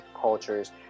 cultures